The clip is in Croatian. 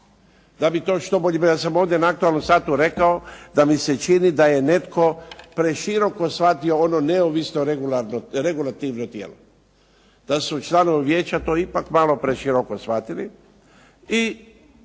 da bi to što bolje bilo. Ja sam ovdje na aktualnom satu rekao da mi se čini da je netko preširoko shvatio ono neovisno regulativno tijelo, da su članovi vijeća to ipak malo preširoko shvatili.